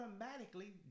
automatically